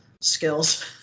skills